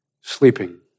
sleeping